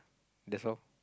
that's all